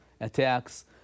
attacks